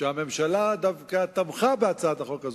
והממשלה דווקא תמכה בהצעת החוק הזאת,